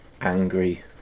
angry